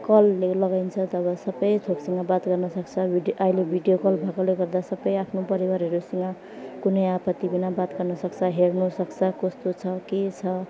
कलले लगाइन्छ तब सबै थोकसँग बात गर्नुसक्छ भिडियो अहिले भिडियो कल भएकोले गर्दा सबै आफ्नो परिवारहरूसँग कुनै आपत्तिबिना बात गर्नुसक्छ हेर्नुसक्छ कस्तो छ के छ